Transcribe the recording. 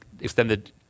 extended